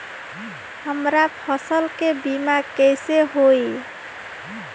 हमरा फसल के बीमा कैसे होई?